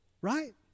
right